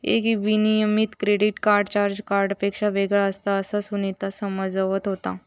एक नियमित credit card charge कार्डपेक्षा वेगळा असता, असा सुनीता समजावत होता